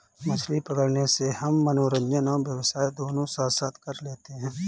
मछली पकड़ने से हम मनोरंजन और व्यवसाय दोनों साथ साथ कर लेते हैं